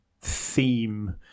theme